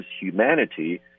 humanity